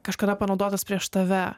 kažkada panaudotas prieš tave